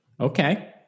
Okay